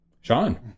Sean